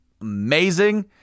amazing